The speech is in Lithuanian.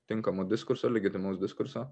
tinkamo diskurso legitimaus diskurso